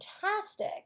fantastic